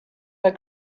her